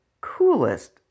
coolest